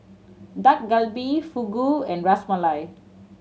Dak Galbi Fugu and Ras Malai